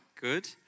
good